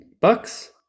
Bucks